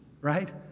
right